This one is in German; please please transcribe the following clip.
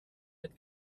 hat